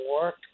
work